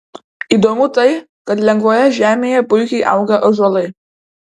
įdomu tai kad lengvoje žemėje puikiai auga ąžuolai